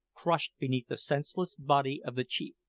crushed beneath the senseless body of the chief.